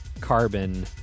carbon